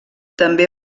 també